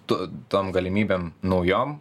tu tom galimybėm naujom